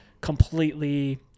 completely